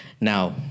Now